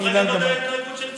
את ההתנהגות של צה"ל.